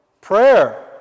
Prayer